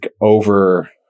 over